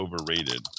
overrated